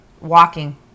walking